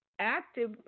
active